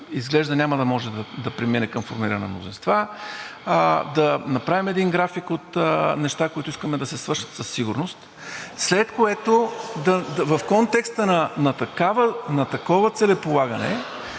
изглежда, няма да може да премине към формиране на мнозинства, да направим един график от неща, които искаме да се свършат със сигурност, след което, в контекста на такова целеполагане,